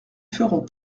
ferons